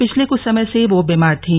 पिछले कुछ समय से वो बीमार थीं